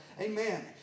Amen